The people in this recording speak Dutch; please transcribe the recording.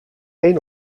een